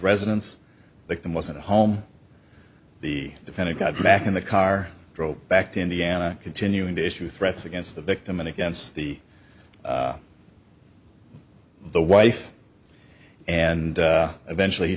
residence like them wasn't home the defendant got back in the car drove back to indiana continuing to issue threats against the victim and against the the wife and eventually he